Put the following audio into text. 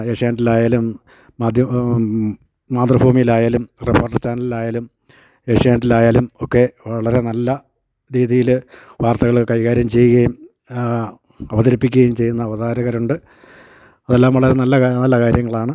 ഏഷ്യനെറ്റിലായാലും മാതൃഭൂമിയിലായാലും റിപ്പോർട്ടർ ചാനലിലായാലും ഏഷ്യാനെറ്റിലായാലും ഒക്കെ വളരെ നല്ല രീതിയിൽ വാർത്തകൾ കൈകാര്യം ചെയ്യുകയും അവതരിപ്പിക്കുകയും ചെയ്യുന്ന അവതാരകരുണ്ട് അതെല്ലാം വളരെ നല്ല നല്ല കാര്യങ്ങളാണ്